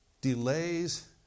Delays